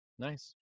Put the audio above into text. Nice